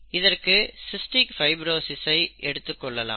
இதற்கு cystic fibrosis ஐ எடுத்துக் கொள்ளலாம்